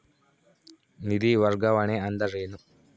ನಿಧಿ ವರ್ಗಾವಣೆ ಅಂದರೆ ಏನು?